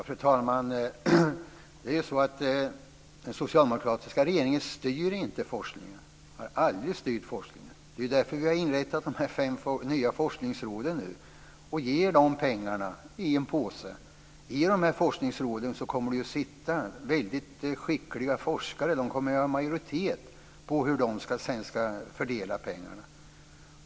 Fru talman! Den socialdemokratiska regeringen styr inte forskningen och har aldrig gjort det. Det är ju därför som vi har inrättat de fem nya forskningsråden. Vi ger dem pengarna i en påse. I de här forskningsråden kommer väldigt skickliga forskare att sitta med. De kommer att ha en majoritet när pengarna sedan ska fördelas.